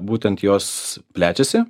būtent jos plečiasi